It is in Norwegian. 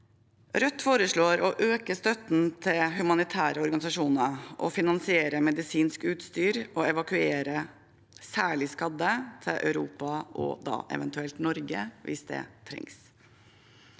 Rødt foreslår å øke støtten til humanitære organisasjoner, finansiere medisinsk utstyr og evakuere særlig skadde til Europa – og da eventuelt Norge – hvis det trengs.